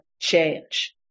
change